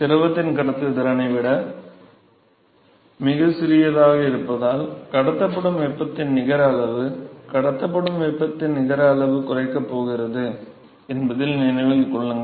திரவத்தின் கடத்துத்திறனை விட மிகச் சிறியதாக இருப்பதால் கடத்தப்படும் வெப்பத்தின் நிகர அளவு குறைக்கப் போகிறது என்பதை நினைவில் கொள்ளுங்கள்